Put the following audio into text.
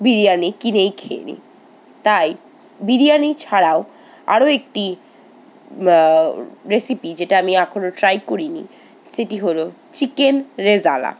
বিরিয়ানি কিনেই খেয়ে নিই তাই বিরিয়ানি ছাড়াও আরও একটি রেসিপি যেটা আমি এখনও ট্রাই করিনি সেটি হল চিকেন রেজালা